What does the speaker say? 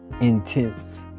intense